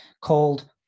called